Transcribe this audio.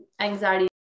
anxiety